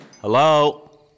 Hello